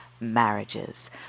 marriages